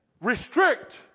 restrict